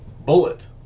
Bullet